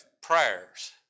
prayers